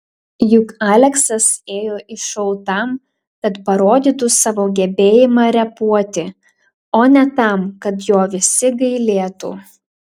juk aleksas ėjo į šou tam kad parodytų savo gebėjimą repuoti o ne tam kad jo visi gailėtų